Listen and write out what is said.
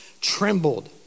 trembled